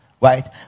Right